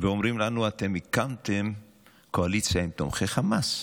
ואומרים לנו: אתם הקמתם קואליציה עם תומכי חמאס,